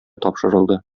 тапшырылды